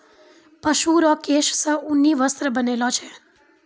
पशु रो केश से ऊनी वस्त्र बनैलो छै